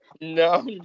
no